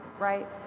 right